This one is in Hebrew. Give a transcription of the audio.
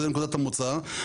זה נקודת המוצא.